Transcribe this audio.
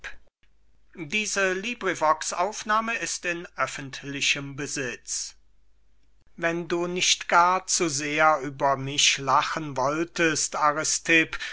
xxviii lais an aristipp wenn du nicht gar zu sehr über mich lachen wolltest